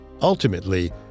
Ultimately